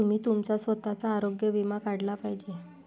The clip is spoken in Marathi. तुम्ही तुमचा स्वतःचा आरोग्य विमा काढला पाहिजे